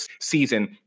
season